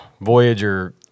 Voyager